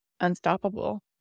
unstoppable